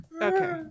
Okay